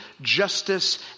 justice